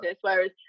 whereas